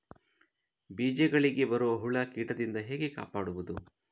ಬೀಜಗಳಿಗೆ ಬರುವ ಹುಳ, ಕೀಟದಿಂದ ಹೇಗೆ ಕಾಪಾಡುವುದು?